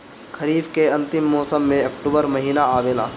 खरीफ़ के अंतिम मौसम में अक्टूबर महीना आवेला?